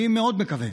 אני מאוד מקווה